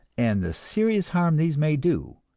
and the serious harm these may do,